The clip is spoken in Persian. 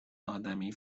آدمی